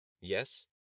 Yes